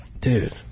dude